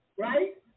right